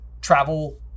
travel